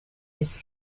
his